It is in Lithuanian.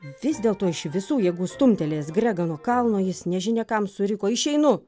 vis dėlto iš visų jėgų stumtelėjęs gregą nuo kalno jis nežinia kam suriko išeinu